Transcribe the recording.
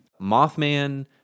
Mothman